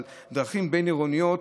אבל דרכים בין-עירוניות,